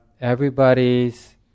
everybody's